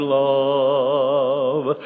love